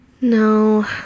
No